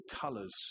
colors